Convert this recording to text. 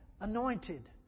anointed